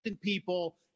people